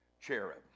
cherub